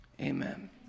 Amen